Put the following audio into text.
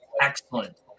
excellent